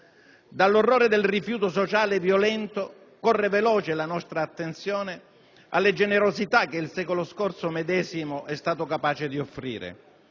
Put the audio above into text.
Dall'orrore del rifiuto sociale violento corre veloce la nostra attenzione alle generosità che il secolo scorso medesimo è stato capace di offrire: